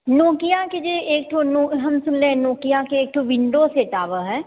Nokia के जे एक ठो हम सुनले रहियै नोकिया के एक ठो विण्डो सेट आबऽ हय